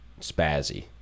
spazzy